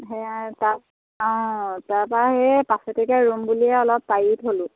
সেয়াই তা অঁ তাপা সেই পাছতীয়াকৈ ৰুম বুলিয়ে অলপ পাৰি থ'লোঁ